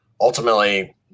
ultimately